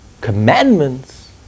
commandments